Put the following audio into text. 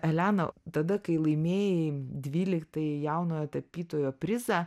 elena tada kai laimėjai dvyliktąjį jaunojo tapytojo prizą